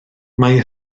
mae